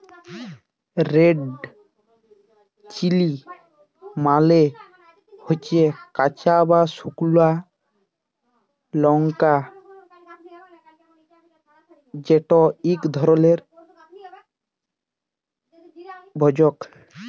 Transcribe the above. red chilli মালে হচ্যে কাঁচা বা সুকনা লংকা যেট ইক ধরলের ভেষজ